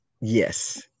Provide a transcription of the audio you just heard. Yes